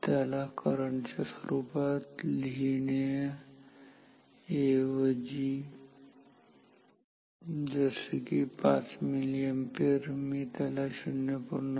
त्याला करंट च्या स्वरूपात लिहिण्याची ऐवजी जसे की 5 मिलीअॅम्पियर मी त्याला 0